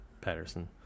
Patterson